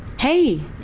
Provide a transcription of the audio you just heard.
Hey